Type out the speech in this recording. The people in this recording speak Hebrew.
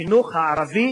ועבריים,